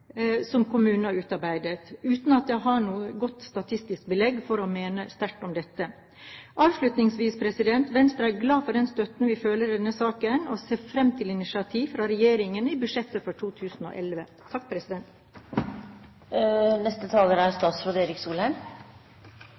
som kommunene har utarbeidet – uten at jeg har noe godt statistisk belegg for å mene sterkt om dette. Avslutningsvis: Venstre er glad for den støtten vi føler i denne saken, og ser fram til initiativ fra regjeringen i budsjettet for 2011.